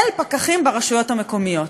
אל פקחים ברשויות המקומיות.